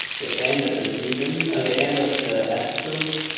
the end of the season or the end of the episodes,